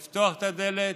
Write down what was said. לפתוח את הדלת,